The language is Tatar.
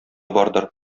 бардыр